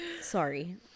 Sorry